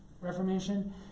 Reformation